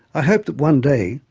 i hope that one day,